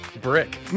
brick